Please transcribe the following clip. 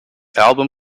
album